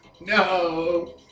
No